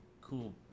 cool